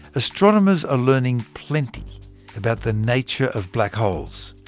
astronomers are learning plenty about the nature of black holes,